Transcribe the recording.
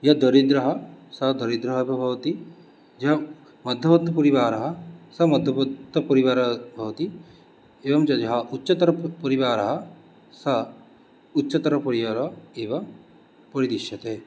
यः दरिद्रः सः दरिद्रः अपि भवति यः मद्ध्यवित्तपरिवारः स मद्ध्यवित्तपरिवारः भवति एवञ्च यः उच्चतर परिवारः सः उच्चतरपरिवारः एव परिदृश्यते